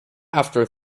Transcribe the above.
after